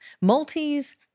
Maltese